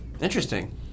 Interesting